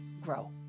grow